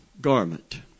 garment